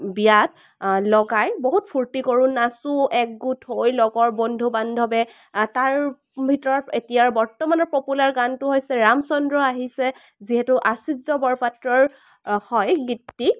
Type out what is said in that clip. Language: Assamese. বিয়াত লগাই বহুত ফূৰ্তি কৰোঁ নাচো একগোট হৈ লগৰ বন্ধু বান্ধৱে তাৰ ভিতৰত এতিয়াৰ বৰ্তমানৰ পপুলাৰ গানটো হৈছে ৰামচন্দ্ৰ আহিছে যিহেতু আচুৰ্য্য বৰপাত্ৰৰ হয় গীতটি